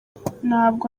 ntabwo